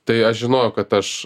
tai aš žinojau kad aš